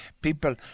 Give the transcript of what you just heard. people